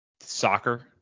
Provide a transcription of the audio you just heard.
soccer